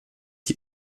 die